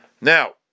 Now